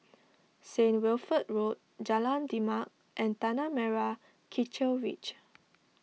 Saint Wilfred Road Jalan Demak and Tanah Merah Kechil Ridge